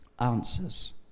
answers